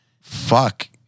fuck